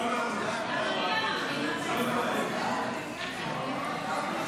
לפרוטוקול אני מוסף גם את קולם של חבר הכנסת מאיר כהן,